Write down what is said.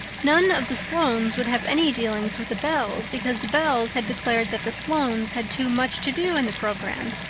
none of the sloanes would have any dealings with the bells, because the bells had declared that the sloanes had too much to do in the program,